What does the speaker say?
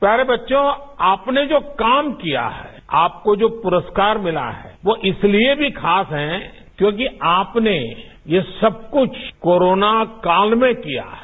प्यारे बच्चो आपने जो काम किया है आपको जो पुरस्कार मिला है वो इसलिए भी खास है क्योंकि आपने ये सब कुछ कोरोना काल में किया है